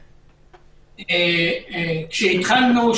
כשהתחלנו,